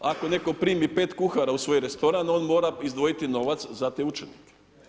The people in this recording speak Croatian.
Ako netko primi 5 kuhara u svoj restoran on mora izdvojiti novac za te učenike.